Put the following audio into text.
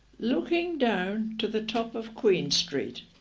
looking down to the top of queen street,